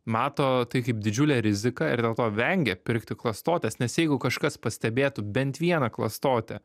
mato tai kaip didžiulę riziką ir dėl to vengia pirkti klastotes nes jeigu kažkas pastebėtų bent vieną klastotę